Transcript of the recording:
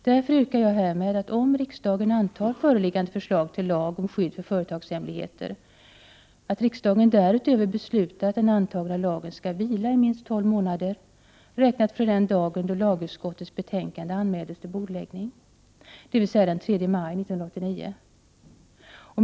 Därför yrkar jag, att om riksdagen antar föreliggande förslag till lag om skydd för företagshemligheter, riksdagen därutöver beslutar att den antagna lagen skall vila i minst tolv månader, räknat från den dag då lagutskottets betänkande anmäldes till bordläggning, dvs. den 3 maj 1989.